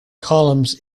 columns